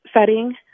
setting